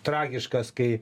tragiškas kai